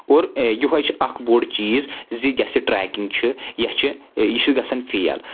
اور یہوے چھُ اَکھ بوٚڈ چیٖز زِ یۄس یہِ ٹریکنگ چھِ یہِ چھِ یہِ چھِ گژھان فیل